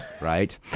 right